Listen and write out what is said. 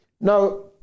Now